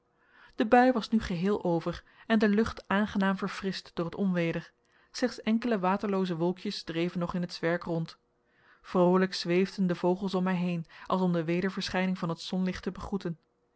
de bui was nu geheel over en de lucht aangenaam verfrischt door het onweder slechts enkele waterlooze wolkjes dreven nog in het zwerk rond vroolijk zweefden de vogels om mij heen als om de wederverschijning van het zonlicht te begroeten